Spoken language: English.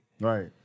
Right